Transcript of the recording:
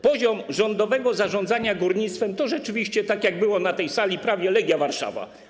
Poziom rządowego zarządzania górnictwem to rzeczywiście, tak jak było mówione na tej sali, prawie Legia Warszawa.